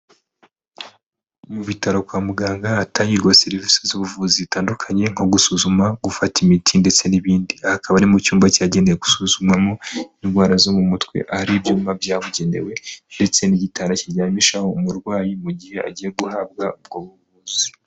Mu bitaro kwa muganga ahatangirwa serivisi z'ubuvuzi zitandukanye, nko gusuzuma gufata imiti ndetse n'ibindi. Aha akaba ari mu cyumba cyagenewe gusuzumamo indwara zo mu mutwe ahari ibyuma byabugenewe ndetse n'igitanda kiryamishaho umurwayi mu gihe agiye guhabwa ubwo buvuzi.